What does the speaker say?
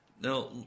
Now